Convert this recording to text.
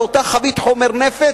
על אותה חבית חומר נפץ,